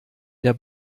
der